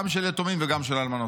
גם של יתומים וגם של אלמנות.